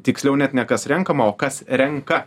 tiksliau net ne kas renkama o kas renka